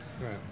Right